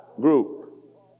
group